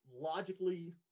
logically